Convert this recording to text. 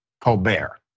Colbert